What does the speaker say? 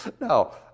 No